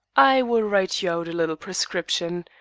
i will write you out a little prescription.